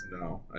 No